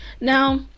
Now